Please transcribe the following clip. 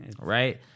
Right